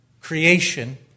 creation